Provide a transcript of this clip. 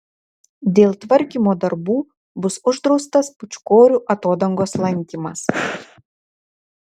dėl tvarkymo darbų bus uždraustas pūčkorių atodangos lankymas